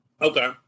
Okay